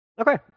Okay